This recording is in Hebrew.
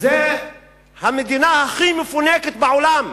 זאת המדינה הכי מפונקת בעולם.